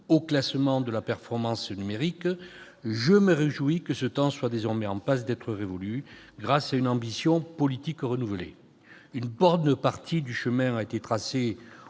au classement de la performance numérique -, je me réjouis que ce temps soit désormais en passe d'être révolu grâce à une ambition politique renouvelée. Une bonne partie du chemin a été tracée